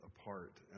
apart